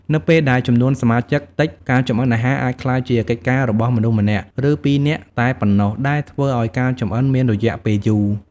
នៅពេលដែលចំនួនសមាជិកតិច ការចម្អិនអាហារអាចក្លាយជាកិច្ចការរបស់មនុស្សម្នាក់ ឬពីរនាក់តែប៉ុណ្ណោះដែលធ្វើអោយការចម្អិនមានរយះពេលយូរ។